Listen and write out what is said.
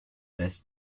best